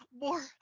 more